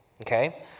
okay